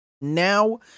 Now